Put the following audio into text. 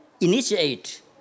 initiate